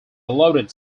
allotted